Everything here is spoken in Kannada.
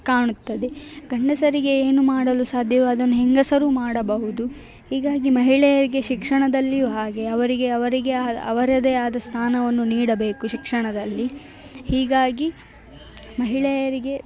ಕಾಣುತ್ತದೆ ಗಂಡಸರಿಗೆ ಏನು ಮಾಡಲು ಸಾಧ್ಯವೋ ಅದನ್ನು ಹೆಂಗಸರೂ ಮಾಡಬಹುದು ಹೀಗಾಗಿ ಮಹಿಳೆಯರಿಗೆ ಶಿಕ್ಷಣದಲ್ಲಿಯು ಹಾಗೇ ಅವರಿಗೆ ಅವರಿಗೆ ಅವರದೇ ಆದ ಸ್ಥಾನವನ್ನು ನೀಡಬೇಕು ಶಿಕ್ಷಣದಲ್ಲಿ ಹೀಗಾಗಿ ಮಹಿಳೆಯರಿಗೆ